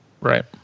Right